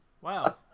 Wow